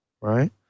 right